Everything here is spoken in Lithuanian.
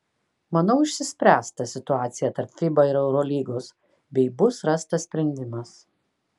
manau išsispręs ta situacija tarp fiba ir eurolygos bei bus rastas sprendimas